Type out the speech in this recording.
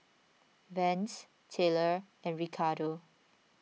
Vance Taylor and Ricardo